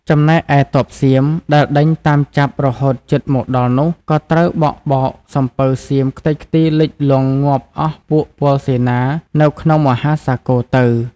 ចំណែកឯទ័ពសៀមដែលដេញតាមចាប់រហូតជិតមកដល់នោះក៏ត្រូវបក់បោកសំពៅសៀមខ្ទេចខ្ចីលិចលង់ងាប់អស់ពួកពលសេនានៅក្នុងមហាសាគរទៅ។